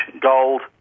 gold